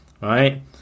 right